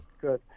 Good